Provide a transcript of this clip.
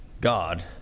God